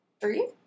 Three